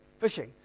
Fishing